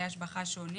השבחה שונים